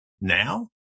now